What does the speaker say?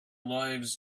lives